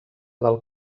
del